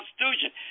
Constitution